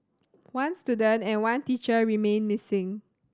one student and one teacher remain missing